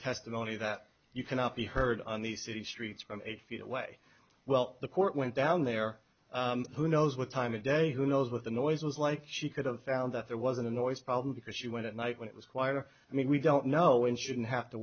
testimony that you cannot be heard on the city streets from eight feet away well the court went down there who knows what time of day who knows what the noise was like she could have found that there was a noise problem because she went at night when it was quieter i mean we don't know when shouldn't have to